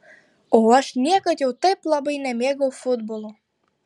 o aš niekad jau taip labai nemėgau futbolo